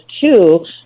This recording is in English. two